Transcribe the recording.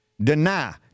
deny